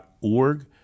org